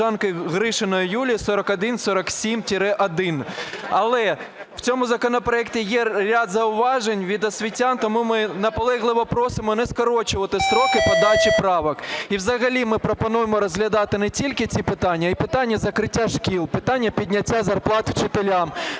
колежанки Гришиної Юлії 4147-1. Але в цьому законопроекті є ряд зауважень від освітян, тому ми наполегливо просимо не скорочувати строки подачі правок. І взагалі ми пропонуємо розглядати не тільки ці питання, а й питання закриття шкіл, питання підняття зарплат вчителям.